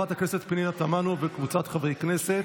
הרחבת שלילת האפוטרופסות הטבעית והגבלת מימוש זכות